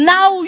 Now